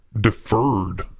deferred